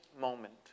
moment